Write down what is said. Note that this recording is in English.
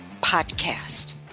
podcast